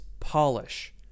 Polish